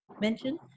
mention